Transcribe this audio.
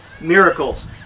miracles